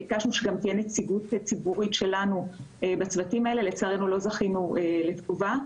ביקשנו שתהיה נציגות שלנו ולצערנו לא זכינו לתגובה.